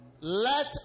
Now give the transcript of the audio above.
let